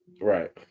Right